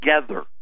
together